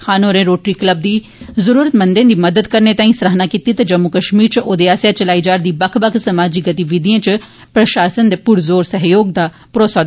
खान होरें Rotary Club दी जरूरत मंदे दी मदद करने ताई सराहना कीती ते जम्मू कश्मीर च ओदे आसेआ चलाई जारदी बक्ख बक्ख समाजी गतिविधिएं च प्रशासन दे पुरे पुरे सहयोग दा भरोसा दुआया